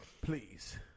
Please